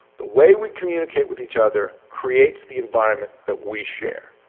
the way we communicate with each other creates the environment that we share.